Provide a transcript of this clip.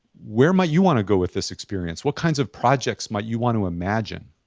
where might you wanna go with this experience? what kinds of projects might you wanna imagine